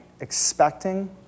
expecting